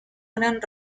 gran